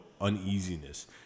uneasiness